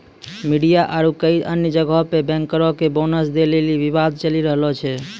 media आरु कई अन्य जगहो पे बैंकरो के बोनस दै लेली विवाद चलि रहलो छै